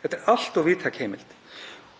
Þetta er allt of víðtæk heimild.